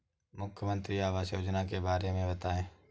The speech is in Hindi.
मुख्यमंत्री आवास योजना के बारे में बताए?